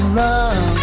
love